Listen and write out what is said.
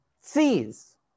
sees